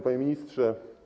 Panie Ministrze!